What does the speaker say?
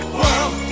world